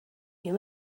you